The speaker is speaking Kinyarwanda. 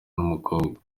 n’umukobwa